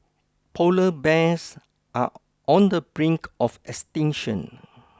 polar bears are on the brink of extinction